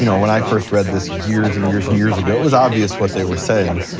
you know when i first read this years and years and years ago, it was obvious what they were saying,